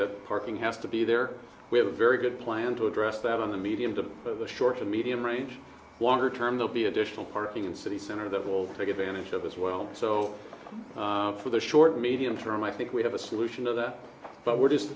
that parking has to be there we have a very good plan to address that on the medium to the short to medium range longer term they'll be additional parking in city center that will take advantage of as well so for the short medium term i think we have a solution to that but we're just